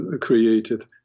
created